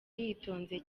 yitonze